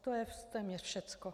To je téměř všecko.